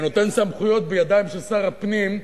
ונותן בידיים של שר הפנים סמכויות,